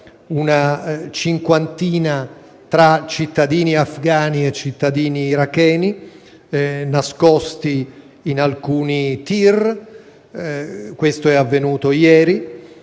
una cinquantina tra cittadini afgani e cittadini iracheni nascosti in alcuni TIR. Questo è quanto è avvenuto ieri.